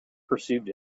perceived